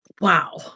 Wow